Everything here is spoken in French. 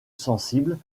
sensible